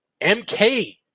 MK